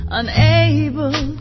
unable